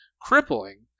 crippling